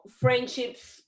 friendships